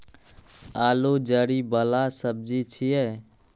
आलू जड़ि बला सब्जी छियै